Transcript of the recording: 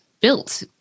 built